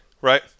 right